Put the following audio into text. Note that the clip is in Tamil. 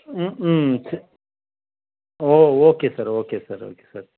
ம் hmm oh okay sir okay sir okay sir